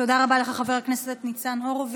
תודה רבה לך, חבר הכנסת ניצן הורוביץ.